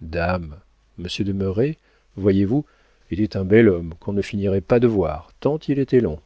dame monsieur de merret voyez-vous était un bel homme qu'on ne finissait pas de voir tant il était long